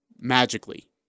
magically